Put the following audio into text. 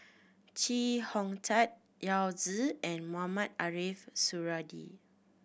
Chee Hong Tat Yao Zi and Mohamed Ariff Suradi